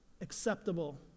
acceptable